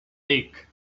dic